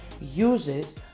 uses